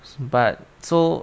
but so